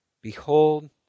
behold